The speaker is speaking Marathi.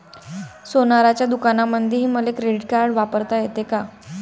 सोनाराच्या दुकानामंधीही मले क्रेडिट कार्ड वापरता येते का?